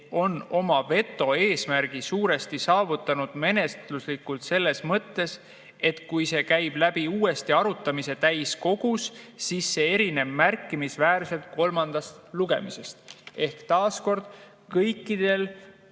on oma veto eesmärgi suuresti saavutanud menetluslikult selles mõttes, et kui see käib läbi uuesti arutamise täiskogus, siis see erineb märkimisväärselt kolmandast lugemisest. Ehk taas: kõikidel